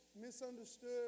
misunderstood